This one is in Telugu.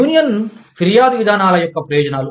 యూనియన్ ఫిర్యాదు విధానాల యొక్క ప్రయోజనాలు